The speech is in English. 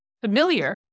familiar